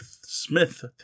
Smith